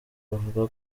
avuga